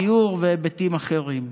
דיור והיבטים אחרים.